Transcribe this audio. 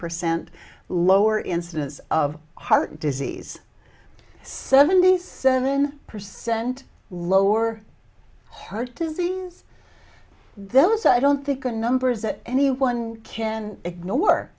percent lower incidence of heart disease seventy seven percent lower heart disease those i don't think are numbers that anyone can ignore